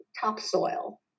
topsoil